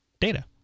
data